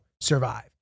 survive